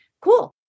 cool